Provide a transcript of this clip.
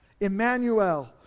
Emmanuel